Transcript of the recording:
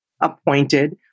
appointed